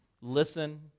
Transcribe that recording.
listen